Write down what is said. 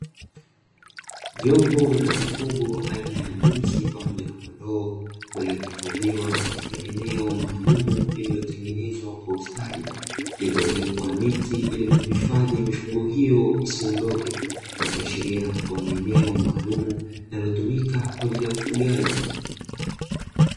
Jopo la mifugo aina ya mbuzi pamoja na kondoo waliohifadhiwa katika eneo maalumu lililotengenezwa kwa ustadi lililowekwa miti ili kuhifadhi mifugo hiyo isiondoke ikiashiria kuwa ni eneo maalum linalotumika kwa ajili ya ufugaji.